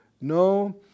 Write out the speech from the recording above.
No